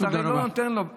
אתה הרי לא נותן להם,